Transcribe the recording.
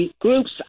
groups